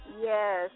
Yes